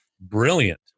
brilliant